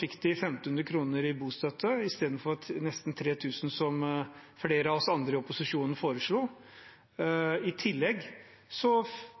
fikk de 1 500 kr i bostøtte istedenfor nesten 3 000 kr, som flere av oss andre i opposisjonen foreslo. I tillegg